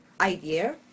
idea